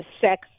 sex